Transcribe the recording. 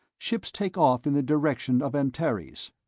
ships take off in the direction of antares.